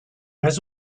has